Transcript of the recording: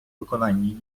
виконанні